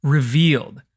Revealed